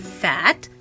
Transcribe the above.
fat